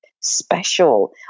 Special